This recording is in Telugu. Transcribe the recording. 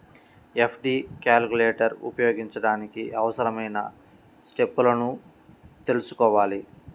ఎఫ్.డి క్యాలిక్యులేటర్ ఉపయోగించడానికి అవసరమైన స్టెప్పులను తెల్సుకోవాలి